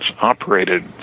operated